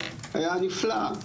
היה נפלא,